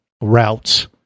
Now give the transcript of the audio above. routes